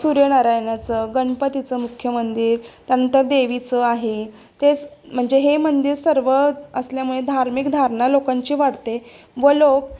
सूर्यनारायणाचं गणपतीचं मुख्य मंदिर त्यानंतर देवीचं आहे तेच म्हणजे हे मंदिर सर्व असल्यामुळे धार्मिक धारणा लोकांची वाढते व लोक